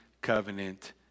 covenant